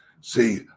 See